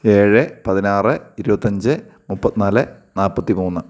ഏഴ് പതിനാറ് ഇരുപത്തഞ്ച് മുപ്പത്തിനാല് നാൽപ്പത്തി മൂന്ന്